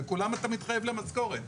לכולם אתה מתחייב למשכורת,